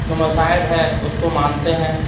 مذاہب ہے اس کو مانتے ہیں